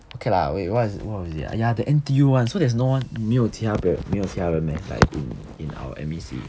okay lah wait what was it what was it ah ya the N_T_U one so there's no one 没有其他的没有其他人 meh like in in our M_E_C